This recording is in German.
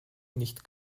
nicht